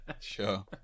Sure